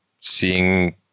seeing